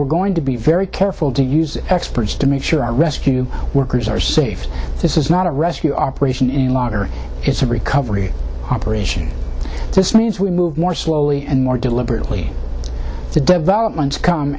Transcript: we're going to be very careful to use experts to make sure our rescue workers are safe this is not a rescue operation any longer it's a recovery operation so this means we move more slowly and more deliberately the developments come